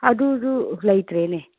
ꯑꯗꯨꯁꯨ ꯂꯩꯇ꯭ꯔꯦꯅꯦ